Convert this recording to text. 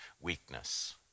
weakness